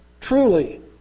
truly